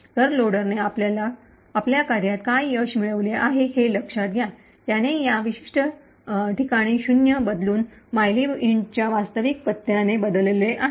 तर लोडरने आपल्या कार्यात काय यश मिळवले आहे ते लक्षात घ्या त्याने या ठिकाणी शून्य बदलून मायलीब इंटच्या वास्तविक पत्त्याने बदलले आहे